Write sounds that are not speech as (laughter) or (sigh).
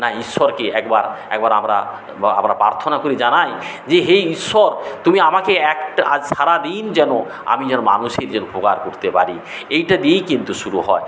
না ঈশ্বরকে একবার একবার আমরা (unintelligible) আমরা প্রার্থনা করে জানাই যে হে ঈশ্বর তুমি আমাকে একটা আজ সারা দিন যেন আমি যেন মানুষেদের উপকার করতে পারি এটা দিয়েই কিন্তু শুরু হয়